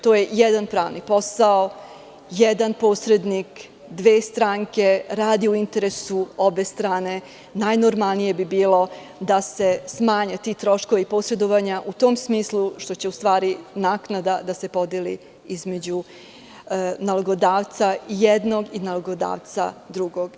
To je jedan pravni posao, jedan posrednik, dve stranke, radi u interesu obe strane, i najnormalnije bi bilo da se smanje ti troškovi, posredovanja u tom smislu, što će ustvari naknada da se podeli između nalogodavca i jednog i drugog.